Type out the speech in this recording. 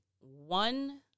one